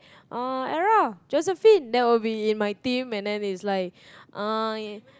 uh Era Josephine to be in my team and its like uh